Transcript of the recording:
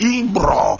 Imbro